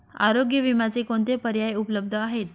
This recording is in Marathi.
आरोग्य विम्याचे कोणते पर्याय उपलब्ध आहेत?